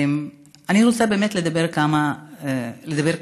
אני רוצה לדבר על הבדידות.